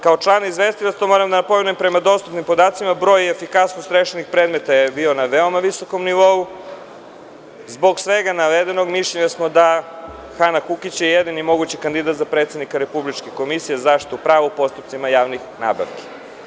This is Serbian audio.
Kao izvestilac, to moram da napomenem, prema dostupnim podacima, broj i efikasnost rešenih predmeta je bio na veoma visokom nivou i zbog svega navedenog, mišljenja smo da je Hana Kukić jedini mogući kandidat za predsednika Republičke komisije za zaštitu prava u postupcima javnih nabavki.